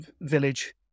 village